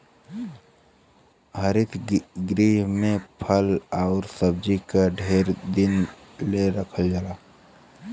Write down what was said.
हरित गृह में फल आउर सब्जी के ढेर दिन ले रखल जाला